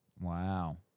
Wow